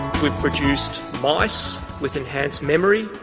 we've produced mice with enhanced memory,